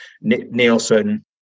Nielsen